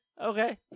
Okay